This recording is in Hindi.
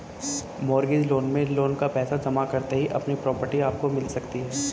मॉर्गेज लोन में लोन का पैसा जमा करते ही अपनी प्रॉपर्टी आपको मिल सकती है